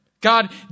God